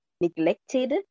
neglected